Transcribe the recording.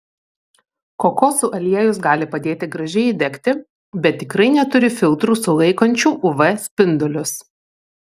kokosų aliejus gali padėti gražiai įdegti bet tikrai neturi filtrų sulaikančių uv spindulius